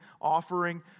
offering